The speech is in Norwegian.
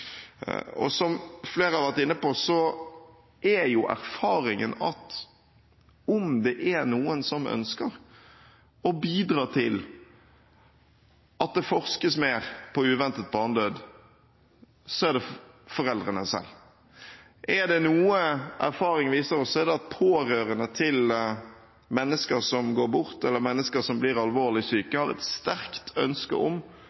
nøkkelordene. Som flere har vært inne på, er erfaringen at om det er noen som ønsker å bidra til at det forskes mer på uventet barnedød, så er det foreldrene selv. Er det noe erfaringen viser, så er det at pårørende til mennesker som går bort, eller mennesker som blir alvorlig syke, har et sterkt ønske om